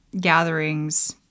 gatherings